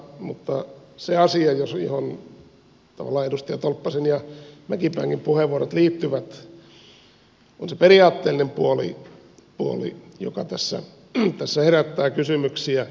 mutta se asia johon tavallaan edustaja tolppasen ja mäkipäänkin puheenvuorot liittyvät on se periaatteellinen puoli joka tässä herättää kysymyksiä